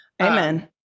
amen